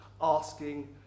asking